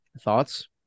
thoughts